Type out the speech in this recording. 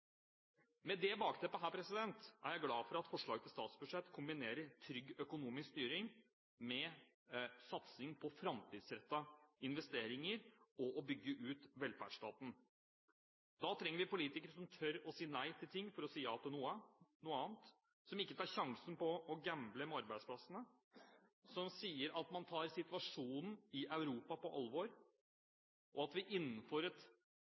Med dette bakteppet er jeg glad for at forslaget til statsbudsjett kombinerer trygg økonomisk styring med satsing på framtidsrettede investeringer og det å bygge ut velferdsstaten. Da trenger vi politikere som tør å si nei til noe for å si ja til noe annet, som ikke tar sjansen på å gamble med arbeidsplassene, som sier at man tar situasjonen i Europa på alvor, og som innenfor et